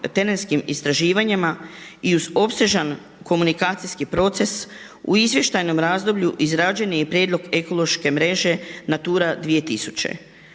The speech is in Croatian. terenskim istraživanjima i uz opsežan komunikacijski proces u izvještajnom razdoblju izrađen je i prijedlog ekološke mreže Natura 2000.